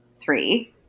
three –